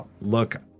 look